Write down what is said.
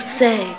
say